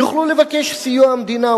יוכלו לבקש את סיוע המדינה.